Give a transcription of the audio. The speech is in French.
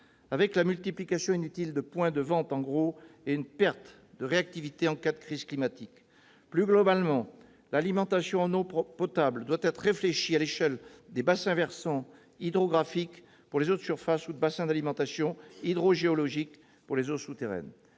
la multiplication inutile de points de vente d'eau en gros et une perte de réactivité en cas de crise climatique. Plus globalement, l'alimentation en eau potable doit être réfléchie à l'échelle des bassins versants hydrographiques pour les eaux de surface ou de bassins d'alimentation hydrogéologique pour les eaux souterraines.